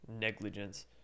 negligence